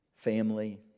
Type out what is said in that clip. family